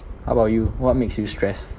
how about you what makes you stressed